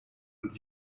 und